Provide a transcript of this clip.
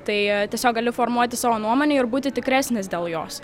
tai tiesiog gali formuoti savo nuomonę ir būti tikresnis dėl jos